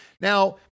Now